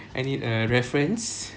I need a reference